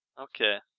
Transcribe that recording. Okay